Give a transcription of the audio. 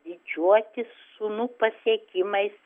didžiuotis sūnų pasiekimais